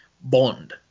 Bond